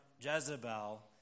Jezebel